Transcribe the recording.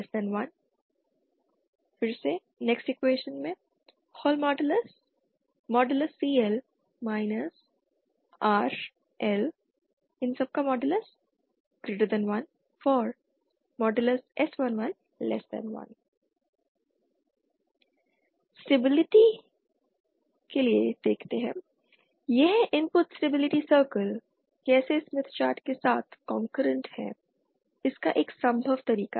CS rS1 for S221 CL rL1 for S111 यह input stability circle कैसे Smith chart के साथ concurrent है इसका एक संभव तरीका है